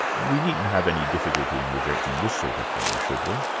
we needn't have any difficulty in rejecting this sort of thing, should we?